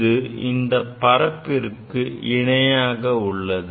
இது இந்த பரப்பிற்கு இணையாக உள்ளது